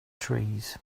trees